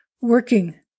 working